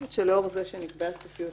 עד אין סוף.